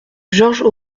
georges